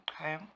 Okay